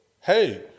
hey